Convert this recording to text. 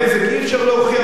אי-אפשר להוכיח אותו.